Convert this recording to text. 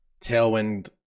Tailwind